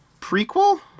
Prequel